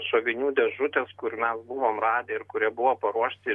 šovinių dėžutės kur mes buvom radę ir kurie buvo paruošti